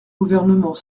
gouvernement